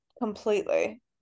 completely